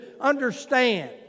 understand